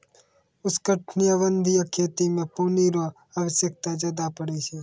उष्णकटिबंधीय खेती मे पानी रो आवश्यकता ज्यादा पड़ै छै